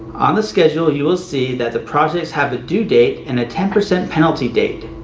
on the schedule you will see that the projects have a due date and a ten percent penalty date.